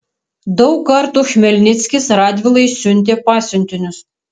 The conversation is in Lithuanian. daug kartų chmelnickis radvilai siuntė pasiuntinius